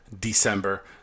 December